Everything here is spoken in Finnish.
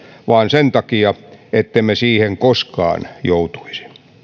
vaan sen takia ettemme siihen koskaan joutuisi